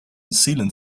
sealant